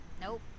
Nope